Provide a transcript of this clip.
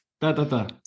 ta-ta-ta